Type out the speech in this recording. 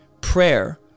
prayer